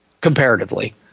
comparatively